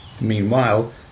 Meanwhile